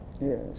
Yes